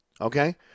Okay